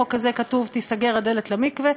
בחוק הזה כתוב: תיסגר הדלת למקווה,